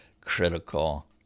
critical